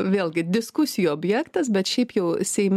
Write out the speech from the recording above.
vėlgi diskusijų objektas bet šiaip jau seime